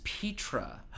Petra